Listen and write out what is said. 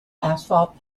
asphalt